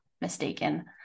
mistaken